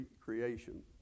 creation